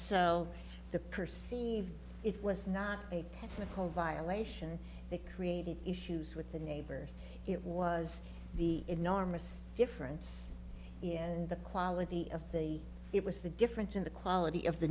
so the perceive it was not a whole violation they created issues with the neighbor it was the enormous difference and the quality of the it was the difference in the quality of the